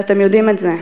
ואתם יודעים את זה,